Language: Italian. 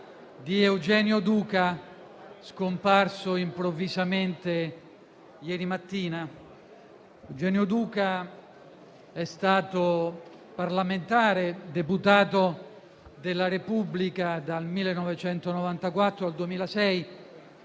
di Eugenio Duca, scomparso improvvisamente ieri mattina. Eugenio Duca è stato parlamentare, deputato della Repubblica dal 1994 al 2006,